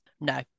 no